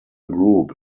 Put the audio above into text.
group